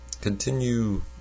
Continue